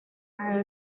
are